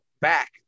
back